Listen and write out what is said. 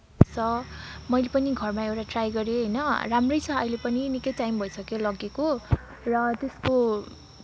छ मैले पनि घरमा एउटा ट्राइ गरेँ होइन राम्रै छ अहिले पनि निकै टाइम भइसक्यो लगेको र त्यसको